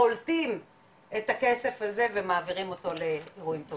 חולטים את הכסף הזה ומעבירים אותו לאירועים טובים.